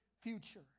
future